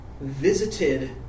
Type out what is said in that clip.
visited